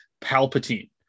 Palpatine